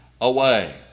away